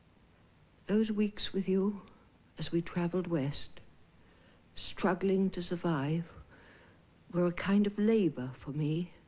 those weeks with you as we traveled west struggling to survive were a kind of labor for me.